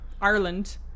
Ireland